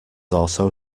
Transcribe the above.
also